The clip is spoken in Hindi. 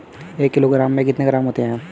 एक किलोग्राम में कितने ग्राम होते हैं?